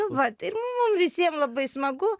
vat ir mum visiem labai smagu